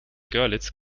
görlitz